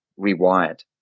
rewired